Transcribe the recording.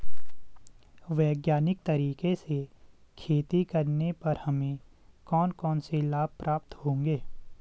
वैज्ञानिक तरीके से खेती करने पर हमें कौन कौन से लाभ प्राप्त होंगे?